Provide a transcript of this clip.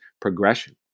progression